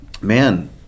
man